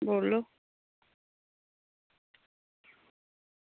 बोल्लो